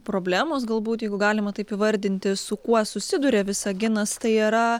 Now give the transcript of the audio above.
problemos galbūt jeigu galima taip įvardinti su kuo susiduria visaginas tai yra